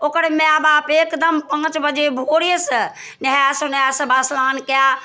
ओकर माय बाप एकदम पाँच बजे भोरेसँ नहै सुनै सब स्नान कए